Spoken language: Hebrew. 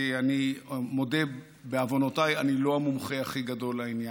כי אני מודה בעוונותיי שאני לא המומחה הכי גדול לעניין,